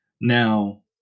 Now